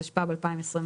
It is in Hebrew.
התשפ"ב-2021,